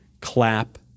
clap